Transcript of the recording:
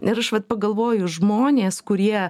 ir aš vat pagalvoju žmonės kurie